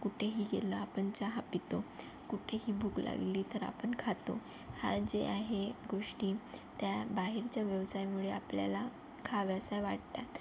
कुठेही गेलं आपण चहा पितो कुठेही भूक लागली तर आपण खातो हा जे आहे गोष्टी त्या बाहेरच्या व्यवसायामुळे आपल्याला खाव्याशा वाटतात